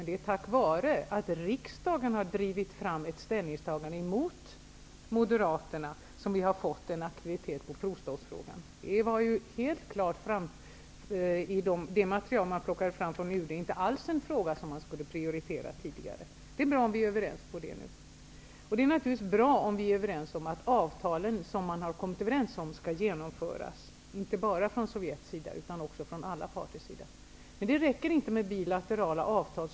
Det är tack vare att riksdagen har drivit fram ett ställningstagande mot Moderaterna som vi har fått en aktivitet i provstoppsfrågan. Det var i det material man plockade fram från UD tidigare inte alls en fråga som man skulle prioritera. Det är bra om vi är överens om det nu. Det är naturligtvis bra om vi är överens om att avtalen som man har kommit överens om skall hållas -- inte bara från Sovjets sida utan från alla parters sida. Men det räcker inte med bilaterala avtal.